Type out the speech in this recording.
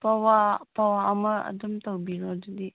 ꯄꯋꯥ ꯄꯋꯥ ꯑꯃ ꯑꯗꯨꯝ ꯇꯧꯕꯤꯔꯣ ꯑꯗꯨꯗꯤ